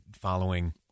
following